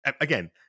again